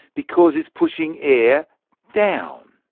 because it's pushing air down.